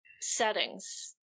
settings